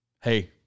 hey